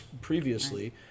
previously